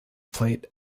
plate